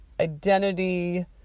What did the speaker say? identity